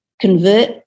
convert